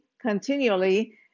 continually